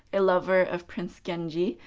a lover of prince genji,